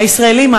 הישראלים,